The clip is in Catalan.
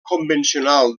convencional